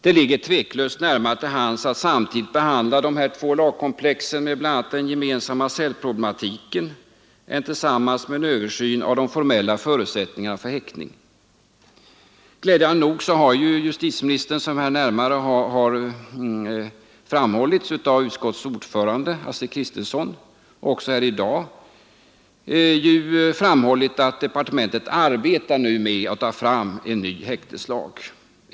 Det ligger tveklöst närmare till hands att samtidigt behandla de här två lagkomplexen med bl.a. den gemensamma cellproblematiken än att behandla häkteslagstiftningen i samband med en översyn av de formella förutsättningarna för häktning. Glädjande nog uttalade justitieministern helt nyligen — såsom i dag också framhållits av utskottets ordförande fru Kristensson — att departementet nu arbetar med att ta fram förslag till en ny häkteslag.